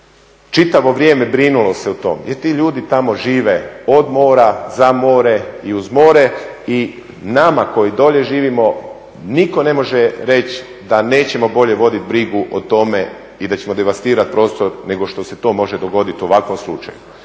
čitavo vrijeme brinulo se o tome jer ti ljudi tamo žive od mora, za more i uz more i nama koji dolje živimo nitko ne može reći da nećemo bolje voditi brigu o tome i da ćemo devastirati prostor nego što se to može dogoditi u ovakvom slučaju.